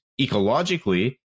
ecologically